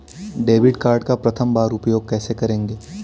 Debit card का प्रथम बार उपयोग कैसे करेंगे?